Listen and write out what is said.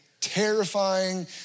terrifying